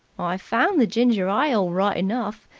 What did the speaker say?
i've found the ginger-ile right enough,